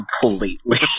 completely